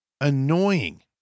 annoying